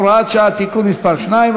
הוראת שעה) (תיקון מס' 2),